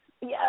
Yes